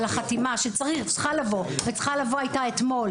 חתימה שצריכה לבוא וצריכה הייתה לבוא אתמול